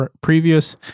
previous